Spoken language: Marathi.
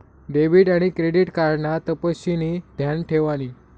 डेबिट आन क्रेडिट कार्ड ना तपशिनी ध्यान ठेवानी